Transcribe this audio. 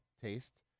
taste